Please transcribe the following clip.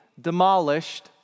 demolished